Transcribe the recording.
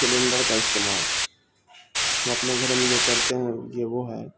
cylinder کا استعمال ہم اپنے گھروں میں جو کرتے ہیں یہ وہ ہے